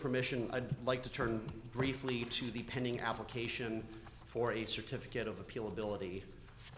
permission i'd like to turn briefly to the pending application for a certificate of appeal ability